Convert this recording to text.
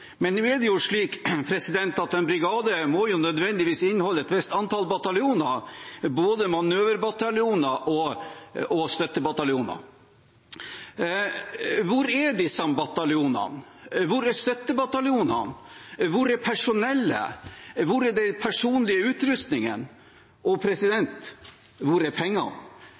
Men nå er det jo slik at en brigade nødvendigvis må inneholde et visst antall bataljoner, både manøverbataljoner og støttebataljoner. Hvor er disse bataljonene? Hvor er støttebataljonene? Hvor er personellet? Hvor er den personlige utrustningen? Og hvor er pengene?